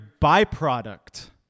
byproduct